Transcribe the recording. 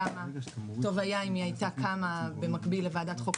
טוב היה אם הייתה קמה במקביל לוועדת החוקה,